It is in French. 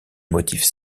motifs